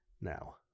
now